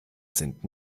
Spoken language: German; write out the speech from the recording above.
sind